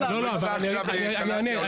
לא ניסע עכשיו לקלנדיה או לעכו.